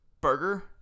burger